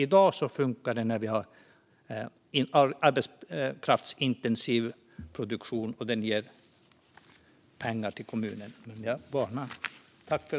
I dag funkar det eftersom vi har en arbetskraftsintensiv produktion som ger pengar till kommunen, men jag varnar!